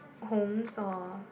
homes or